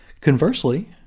Conversely